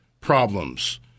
problems